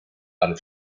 alla